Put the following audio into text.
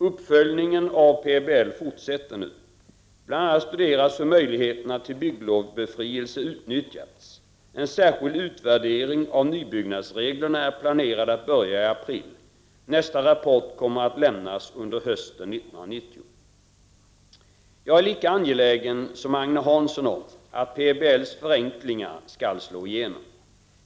Uppföljningen av PBL fortsätter nu. Bl.a. studeras hur möjligheterna till bygglovsbefrielse utnyttjats. En särskild utvärdering av nybyggnadsreglerna är planerad att börja i april. Nästa rapport kommer att lämnas under hösten 1990. Jag är lika angelägen som Agne Hansson om att PBL:s förenklingar skall slå igenom.